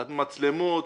עד מצלמות.